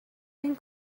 این